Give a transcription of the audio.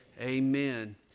amen